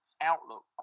outlook